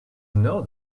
know